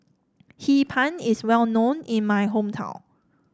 Hee Pan is well known in my hometown